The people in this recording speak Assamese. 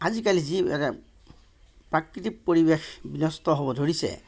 আজিকালি যি প্ৰাকৃতিক পৰিৱেশ বিনষ্ট হ'ব ধৰিছে